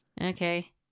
Okay